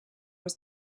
was